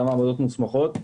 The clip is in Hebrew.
גם מעבדות מוסמכות,